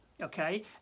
okay